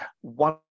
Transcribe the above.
one